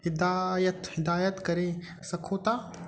हिदायत हिदायत करे सघो था